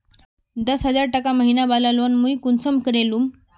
दस हजार टका महीना बला लोन मुई कुंसम करे लूम?